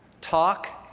talk,